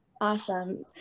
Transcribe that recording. Awesome